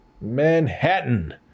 Manhattan